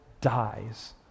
dies